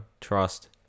Trust